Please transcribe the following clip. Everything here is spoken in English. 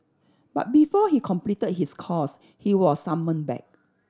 but before he completed his course he was summoned back